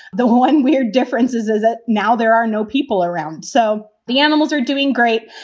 the one we are differences is that now there are no people around so the animals are doing great.